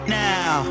now